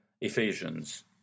Ephesians